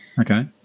Okay